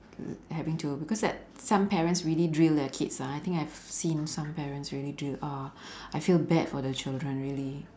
having to because that some parents really drill their kids ah I think I've seen some parents really drill uh I feel bad for the children really